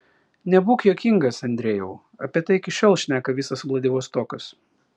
nebūk juokingas andrejau apie tai iki šiol šneka visas vladivostokas